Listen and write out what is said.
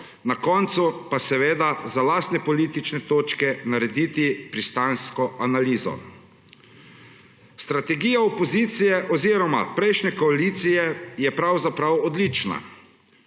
na koncu pa za lastne politične točke narediti pristransko analizo. Strategija opozicije oziroma prejšnje koalicije je pravzaprav odlična.